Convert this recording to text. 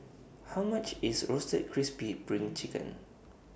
How much IS Roasted Crispy SPRING Chicken